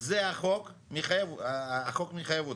זה החוק, החוק מחייב אותם.